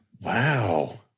Wow